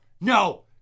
no